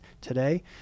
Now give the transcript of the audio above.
today